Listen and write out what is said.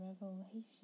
revelation